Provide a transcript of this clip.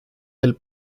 del